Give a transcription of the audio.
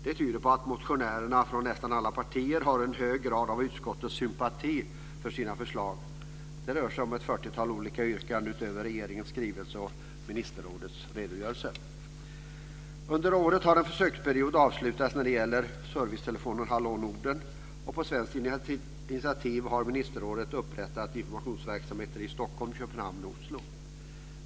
Det tyder på att motionärerna från nästan alla partierna har en hög grad av utskottets sympati för sina förslag. Det rör sig om ett fyrtiotal olika yrkanden utöver regeringens skrivelse och ministerrådets redogörelse. Under året har en försöksperiod avslutats när det gäller servicetelefonen Hallå Norden, och på svenskt initiativ har ministerrådet upprättat informationsverksamheter i Stockholm, Köpenhamn och Oslo.